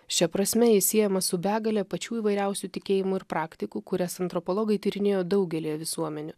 šia prasme ji siejama su begale pačių įvairiausių tikėjimų ir praktikų kurias antropologai tyrinėjo daugelyje visuomenių